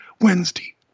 Wednesday